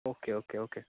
okay okay okay